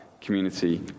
community